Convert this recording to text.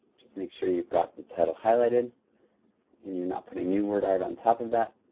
just make sure you've got the title highlighted and you're not putting new wordart on top of that.